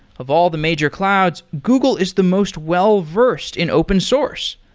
of all the major clouds, google is the most well-versed in open source.